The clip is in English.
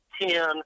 Ten